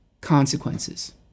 consequences